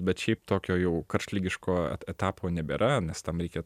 bet šiaip tokio jau karštligiško etapo nebėra nes tam reikia